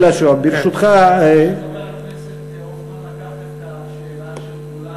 ברשותך, חבר הכנסת הופמן לקח את השאלה של כולנו.